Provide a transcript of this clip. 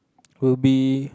will be